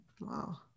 Wow